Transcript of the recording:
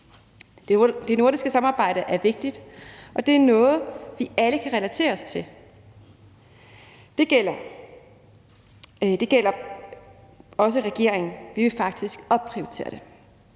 Det nordiske samarbejde er vigtigt, og det er noget, vi alle kan relatere os til. Det gælder også regeringen, og vi vil faktisk opprioritere det.